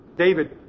David